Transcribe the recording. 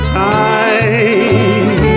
time